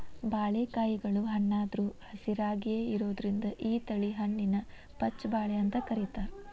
ಬಾಳಿಕಾಯಿಗಳು ಹಣ್ಣಾದ್ರು ಹಸಿರಾಯಾಗಿಯೇ ಇರೋದ್ರಿಂದ ಈ ತಳಿ ಹಣ್ಣಿಗೆ ಪಚ್ಛ ಬಾಳೆ ಅಂತ ಕರೇತಾರ